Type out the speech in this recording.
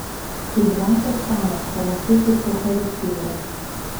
tai dvasios penas panašiai kaip eucharistijoje